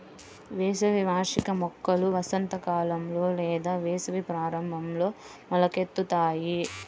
వేసవి వార్షిక మొక్కలు వసంతకాలంలో లేదా వేసవి ప్రారంభంలో మొలకెత్తుతాయి